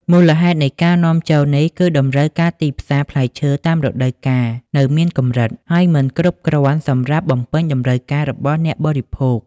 មូលហេតុនៃការនាំចូលនេះគឺតម្រូវការទីផ្សារ ផ្លែឈើតាមរដូវកាលនៅមានកម្រិត ហើយមិនគ្រប់គ្រាន់សម្រាប់បំពេញតម្រូវការរបស់អ្នកបរិភោគ។